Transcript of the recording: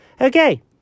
Okay